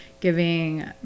giving